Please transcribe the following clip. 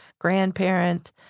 grandparent